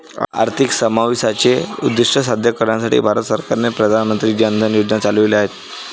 आर्थिक समावेशाचे उद्दीष्ट साध्य करण्यासाठी भारत सरकारने प्रधान मंत्री जन धन योजना चालविली आहेत